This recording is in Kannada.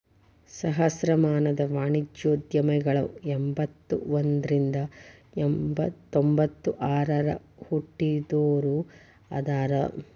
ಸಹಸ್ರಮಾನದ ವಾಣಿಜ್ಯೋದ್ಯಮಿಗಳ ಎಂಬತ್ತ ಒಂದ್ರಿಂದ ತೊಂಬತ್ತ ಆರಗ ಹುಟ್ಟಿದೋರ ಅದಾರ